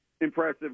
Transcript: impressive